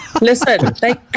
Listen